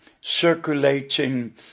circulating